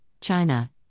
China